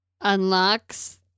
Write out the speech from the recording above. unlocks